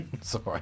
sorry